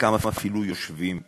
שחלקם אפילו יושבים בקרבנו,